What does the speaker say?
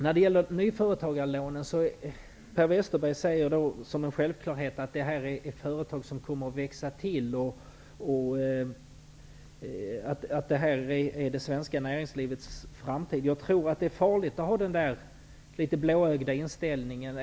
När det gäller nyföretagarlånen talar Per Westerberg med självklarhet om att det gäller företag som kommer att växa till och som utgör det svenska näringslivets framtid. Jag tror att det är farligt att ha den där litet blåögda inställningen.